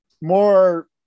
more